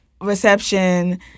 Reception